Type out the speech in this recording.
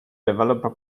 developer